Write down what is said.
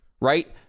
right